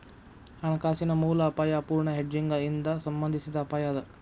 ಹಣಕಾಸಿನ ಮೂಲ ಅಪಾಯಾ ಅಪೂರ್ಣ ಹೆಡ್ಜಿಂಗ್ ಇಂದಾ ಸಂಬಂಧಿಸಿದ್ ಅಪಾಯ ಅದ